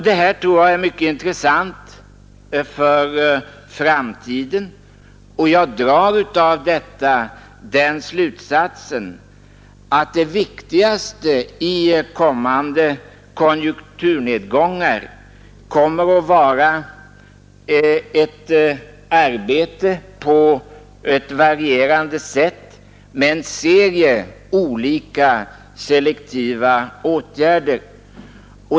Det här tror jag är mycket intressant för framtiden, och jag drar den slutsatsen att det viktigaste i kommande konjunkturnedgångar kommer att vara att arbeta på ett varierande sätt med en serie olika, selektiva åtgärder.